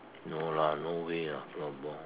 no lah no way lah floorball